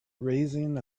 raising